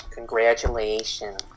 Congratulations